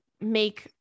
make